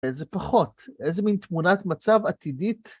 איזה פחות, איזה מין תמונת מצב עתידית